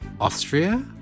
Austria